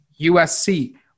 USC